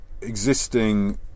existing